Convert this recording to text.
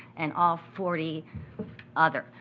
and all forty other,